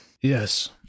Yes